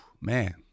man